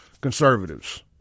conservatives